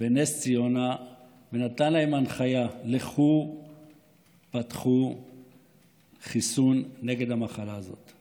בנס ציונה ונתן להם הנחיה: לכו ופתחו חיסון נגד המחלה הזאת.